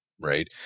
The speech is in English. right